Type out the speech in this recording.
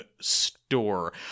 Store